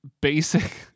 basic